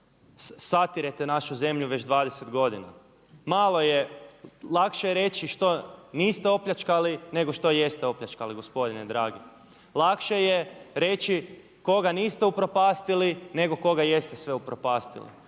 satirete našu zemlju već 20 godina. Lakše je reći što niste opljačkali nego što jeste opljačkali gospodine dragi. Lakše je reći koga niste upropastili nego koga jeste sve upropastili.